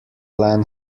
plan